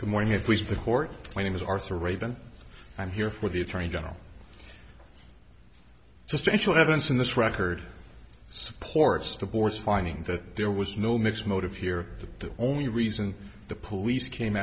the morning of the court my name is arthur ray then i'm here for the attorney general just actual evidence in this record supports the board's findings that there was no mixed motive here the only reason the police came